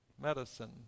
medicine